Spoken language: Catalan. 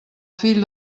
fill